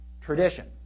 tradition